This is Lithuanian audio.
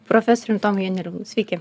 profesorium tomu janeliūnu sveiki